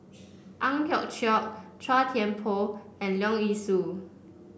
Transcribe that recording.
Ang Hiong Chiok Chua Thian Poh and Leong Yee Soo